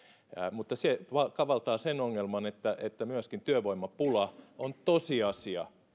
mutta se kavaltaa sen ongelman että että myöskin työvoimapula on tosiasia